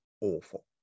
awful